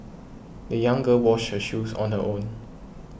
the young girl washed her shoes on her own